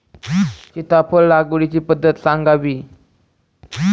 सीताफळ लागवडीची पद्धत सांगावी?